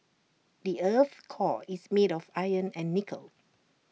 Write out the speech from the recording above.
the Earth's core is made of iron and nickel